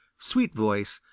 sweetvoice,